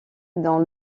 dans